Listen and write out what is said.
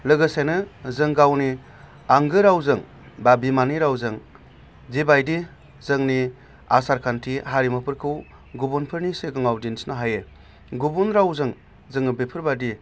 लोगोसेनो जों गावनि आंगो रावजों बा बिमानि रावजों जिबायदि जोंनि आसारखान्थि हारिमुफोरखौ गुबुनफोरनि सिगाङाव दिन्थिनो हायो गुबुन रावजों जोङो बेफोरबादि